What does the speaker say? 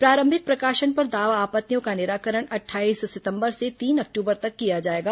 प्रारंभिक प्रकाशन पर दावा आपत्तियों का निराकरण अट्ठाईस सितंबर से तीन अक्टूबर तक किया जाएगा